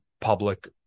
public